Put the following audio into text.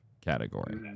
category